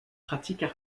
pratiques